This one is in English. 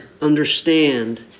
understand